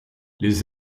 les